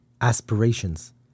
aspirations